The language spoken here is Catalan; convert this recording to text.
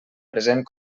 present